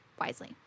wisely